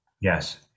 Yes